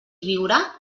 viurà